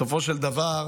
בסופו של דבר,